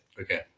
okay